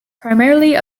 primarily